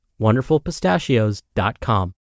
wonderfulpistachios.com